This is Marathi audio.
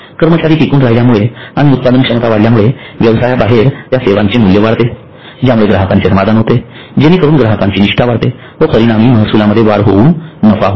कर्मचारी टिकून राहिल्यामुळे आणि उत्पादन क्षमता वाढल्यामुळे व्यवसाया बाहेर त्या सेवांचे मूल्य वाढते ज्यामुळे ग्राहकांचे समाधान होते जेणेकरून ग्राहकांची निष्ठा वाढते व परिणामी महसूलामध्ये वाढ होवून नफा होतो